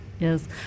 Yes